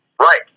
Right